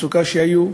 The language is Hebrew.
על המצוקה שהם היו בה,